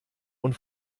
und